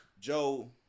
Joe